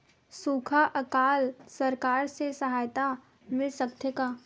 सुखा अकाल सरकार से सहायता मिल सकथे का?